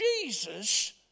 Jesus